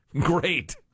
Great